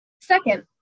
Second